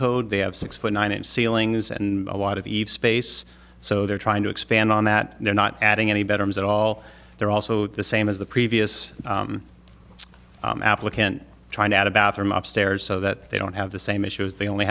code they have six foot nine and ceilings and a lot of each space so they're trying to expand on that they're not adding any better at all they're also the same as the previous applicant trying to add a bathroom up stairs so that they don't have the same issues they only